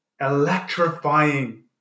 electrifying